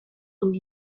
und